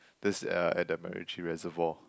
this ah at the MacRitchie Reservoir